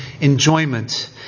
enjoyment